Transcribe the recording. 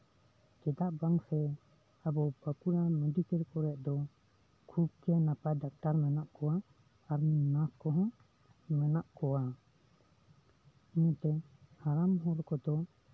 ᱪᱮᱫᱟᱜ ᱵᱟᱝᱥᱮ ᱟᱵᱚ ᱵᱟᱸᱠᱩᱲᱟ ᱢᱮᱰᱤᱠᱮᱞ ᱠᱚᱨᱮᱜ ᱠᱷᱩᱵᱜᱮ ᱱᱟᱯᱟᱭ ᱰᱟᱠᱛᱟᱨ ᱢᱮᱱᱟᱜ ᱠᱚᱣᱟ ᱟᱨ ᱱᱟᱨᱥ ᱠᱚᱦᱚᱸ ᱢᱮᱱᱟᱜ ᱠᱚᱣᱟ ᱚᱱᱟᱛᱮ ᱦᱟᱲᱟᱢ ᱦᱚᱲ ᱠᱚᱫᱚ